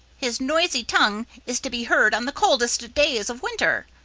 his noisy tongue is to be heard on the coldest days of winter.